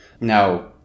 Now